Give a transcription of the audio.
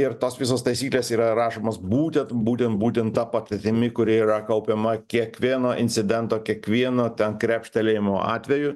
ir tos visos taisyklės yra rašomos būtent būtent būtent ta patirtimi kuri yra kaupiama kiekvieno incidento kiekvieno krepštelėjimo atveju